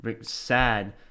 sad